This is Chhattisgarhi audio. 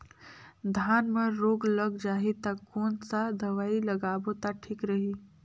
धान म रोग लग जाही ता कोन सा दवाई लगाबो ता ठीक रही?